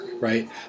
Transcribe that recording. right